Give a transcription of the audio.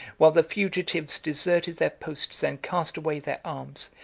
while the fugitives deserted their posts and cast away their arms,